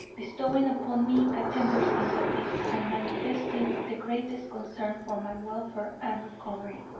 bestowing upon me a tender sympathy, and manifesting the greatest concern for my welfare and recovery.